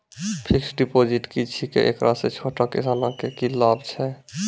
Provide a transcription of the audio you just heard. Fixed deposit की छिकै, एकरा से छोटो किसानों के की लाभ छै?